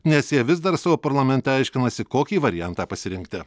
nes jie vis dar savo parlamente aiškinasi kokį variantą pasirinkti